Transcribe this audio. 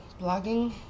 blogging